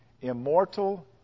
immortal